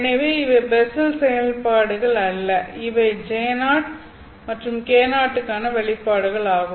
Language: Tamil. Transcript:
எனவே இவை பெஸ்ஸல் செயல்பாடுகள் அல்ல இவை J0 மற்றும் K0 க்கான வெளிப்பாடுகள் ஆகும்